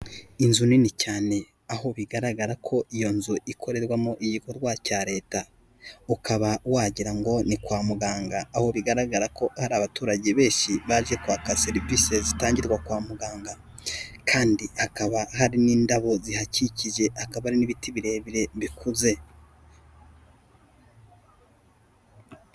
Inzu nini cyane aho bigaragara ko iyo nzu ikorerwamo igikorwa cya leta, ukaba wagira ngo ni kwa muganga, aho bigaragara ko hari abaturage benshi baje kwaka serivisi zitangirwa kwa muganga kandi hakaba hari n'indabo zihakikije hakaba hari n'ibiti birebire bikuze.